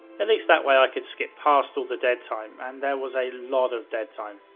and least that way i could skip past all the dead time and there was a lot of dead time.